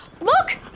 Look